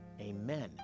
amen